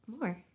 more